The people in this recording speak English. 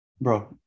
Bro